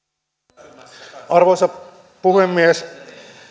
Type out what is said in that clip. arvoisa arvoisa puhemies